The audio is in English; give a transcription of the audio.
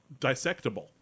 dissectable